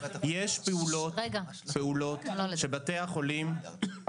יש פעולות של בתי החולים